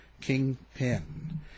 Kingpin